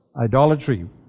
idolatry